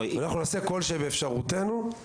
אנחנו נעשה כל שבאפשרותנו, ושוב,